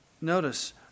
Notice